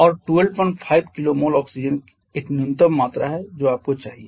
और 125 kmol oxygen एक न्यूनतम मात्रा है जो आपको चाहिए